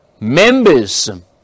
Members